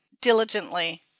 diligently